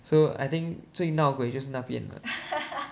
so I think 最闹鬼就是那边的